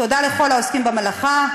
תודה לכל העוסקים במלאכה.